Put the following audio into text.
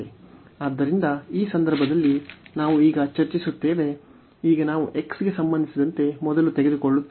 ಆದ್ದರಿಂದ ಈ ಸಂದರ್ಭದಲ್ಲಿ ನಾವು ಈಗ ಚರ್ಚಿಸುತ್ತೇವೆ ಈಗ ನಾವು x ಗೆ ಸಂಬಂಧಿಸಿದಂತೆ ಮೊದಲು ತೆಗೆದುಕೊಳ್ಳುತ್ತೇವೆ